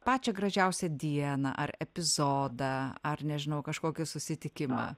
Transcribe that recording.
pačią gražiausią dieną ar epizodą ar nežinau kažkokį susitikimą